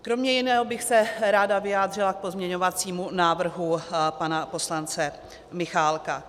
Kromě jiného bych se ráda vyjádřila k pozměňovacímu návrhu pana poslance Michálka.